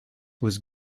was